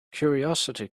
curiosity